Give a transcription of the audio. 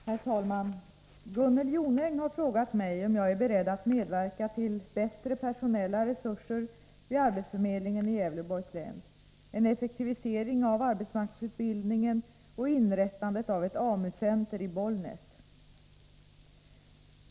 Herr talman! Gunnel Jonäng har frågat mig om jag är beredd att medverka till bättre personella resurser vid arbetsförmedlingen i Gävleborgs län, en effektivisering av arbetsmarknadsutbildningen och inrättandet av ett AMU center i Bollnäs.